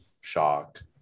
shock